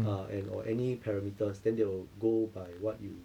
ah and or any parameters then they will go by what you